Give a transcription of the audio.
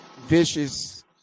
vicious